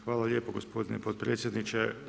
Hvala lijepo gospodine potpredsjedniče.